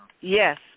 Yes